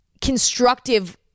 constructive